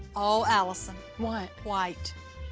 oh, allisyn. what? white.